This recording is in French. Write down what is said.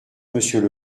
monsieur